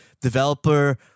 developer